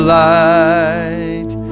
light